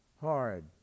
hard